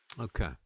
Okay